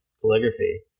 calligraphy